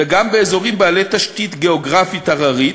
וגם באזורים בעלי תשתית גיאוגרפית הררית,